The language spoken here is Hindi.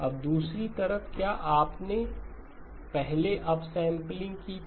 अब दूसरी तरफ क्या आपने पहले अप सैंपलिंग की थी